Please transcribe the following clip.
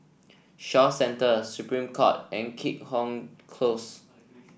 Shaw Centre Supreme Court and Keat Hong Close